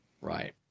Right